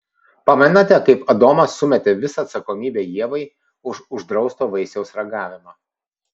pamenate kaip adomas sumetė visą atsakomybę ievai už uždrausto vaisiaus ragavimą